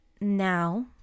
now